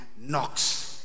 knocks